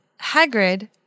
Hagrid